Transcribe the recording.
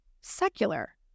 secular